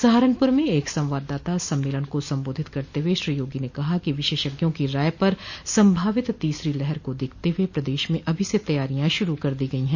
सहारनपुर में एक संवाददाता सम्मेलन को संबोधित करते हुए श्री योगी ने कहा कि विशेषज्ञों की राय पर संभावित तीसरी लहर को देखते हुए प्रदेश में अभी से तैयारियां शुरू कर दी गई है